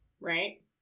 right